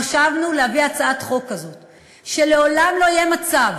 חשבנו להביא הצעת חוק כזאת שלעולם לא יהיה מצב